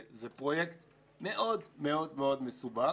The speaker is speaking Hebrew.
זה פרויקט מאוד מאוד מסובך